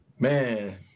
Man